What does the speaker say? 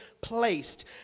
placed